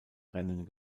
rennen